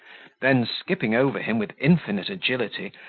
then skipping over him with infinite agility,